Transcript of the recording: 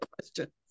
question